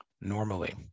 normally